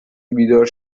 بیدار